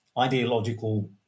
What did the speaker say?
ideological